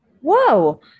Whoa